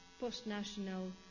post-national